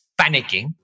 panicking